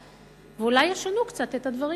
ואולי ישנו קצת את הדברים.